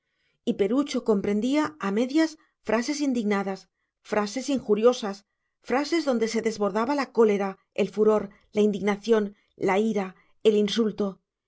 y perucho comprendía a medias frases indignadas frases injuriosas frases donde se desbordaba la cólera el furor la indignación la ira el insulto